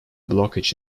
blockage